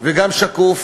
גם שקוף